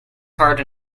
hard